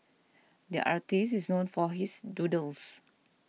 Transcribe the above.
the artist is known for his doodles